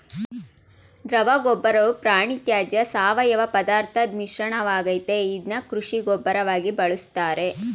ದ್ರವಗೊಬ್ಬರವು ಪ್ರಾಣಿತ್ಯಾಜ್ಯ ಸಾವಯವಪದಾರ್ಥದ್ ಮಿಶ್ರಣವಾಗಯ್ತೆ ಇದ್ನ ಕೃಷಿ ಗೊಬ್ಬರವಾಗಿ ಬಳುಸ್ತಾರೆ